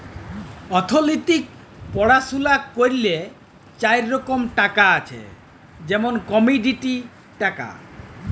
অথ্থলিতিক পড়াশুলা ক্যইরলে চার রকম টাকা আছে যেমল কমডিটি টাকা